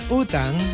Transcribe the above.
utang